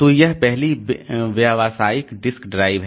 तो यह पहली व्यावसायिक डिस्क ड्राइव है